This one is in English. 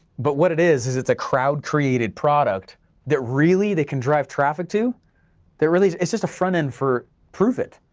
but what it is, is it's a crowd created product that really they can drive traffic to that really, it's just a front-end for pruvit.